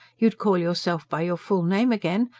you'd call yourself by your full name again,